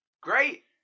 Great